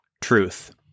Truth